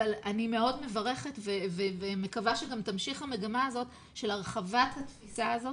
אבל אני מאוד מברכת ומקווה שתמשיך המגמה הזאת של הרחבת התפיסה הזאת